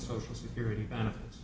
social security benefits